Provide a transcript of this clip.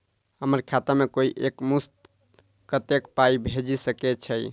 हम्मर खाता मे कोइ एक मुस्त कत्तेक पाई भेजि सकय छई?